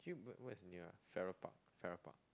actually what what is near ah Farrer-Park Farrer-Park